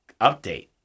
update